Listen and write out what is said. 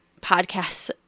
podcasts